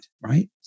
right